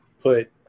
put